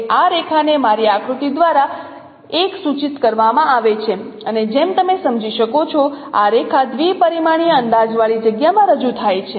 હવે આ રેખાને મારી આકૃતિ દ્વારા l સૂચિત કરવામાં આવે છે અને જેમ તમે સમજી શકો છો આ રેખા દ્વિ પરિમાણીય અંદાજવાળી જગ્યામાં રજૂ થાય છે